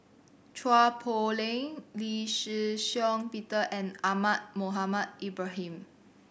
Chua Poh Leng Lee Shih Shiong Peter and Ahmad Mohamed Ibrahim